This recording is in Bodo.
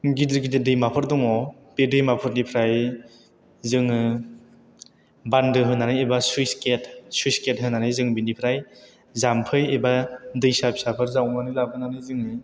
गिदिर गिदिर दैमाफोर दङ बे दैमाफोरनिफ्राय जों बान्दो होनानै एबा स्लुइस गेट होनानै जों बिनिफ्राय जाम्फै एबा दैसा फिसाफोर जावना लाबोनानै जोङो